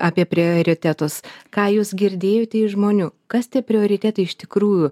apie prioritetus ką jūs girdėjote iš žmonių kas tie prioritetai iš tikrųjų